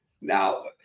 now